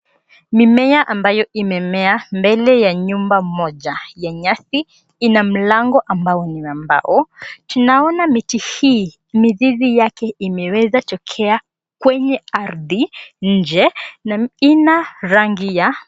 Mimea ambayo imemea mbele ya nyumba moja ya nyasi ina mlango ambao ni wa mbao. Tunaona miti hii, mizizi yake imeweza tokea kwenye ardhi nje na ina rangi ya...